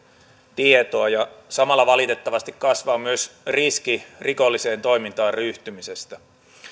tietoa ja samalla valitettavasti kasvaa myös riski rikolliseen toimintaan ryhtymisestä